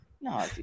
No